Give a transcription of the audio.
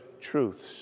truths